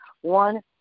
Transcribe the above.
one-